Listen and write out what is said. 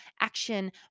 action